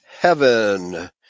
Heaven